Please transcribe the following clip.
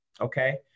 okay